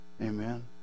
Amen